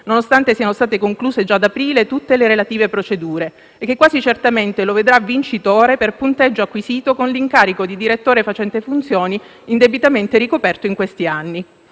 nonostante siano state concluse già ad aprile tutte le relative procedure e che quasi certamente lo vedrà vincitore per il punteggio acquisito con l'incarico di direttore facente funzione indebitamente ricoperto in questi anni.